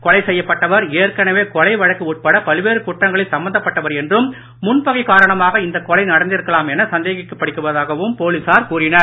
கொலை செய்யப்பட்டவர் ஏற்கனவே கொலை வழக்கு உட்பட பல்வேறு குற்றங்களில் சம்பந்தப்பட்டவர் என்றும் முன் பகை காரணமாக இந்த கொலை நடந்திருக்கலாம் என சந்தேகிக்கப்படுவதாகவும் போலீசார் கூறினர்